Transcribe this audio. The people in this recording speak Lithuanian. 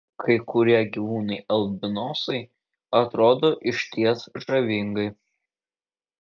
kai kurie gyvūnai albinosai atrodo išties žavingai